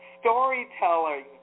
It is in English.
storytelling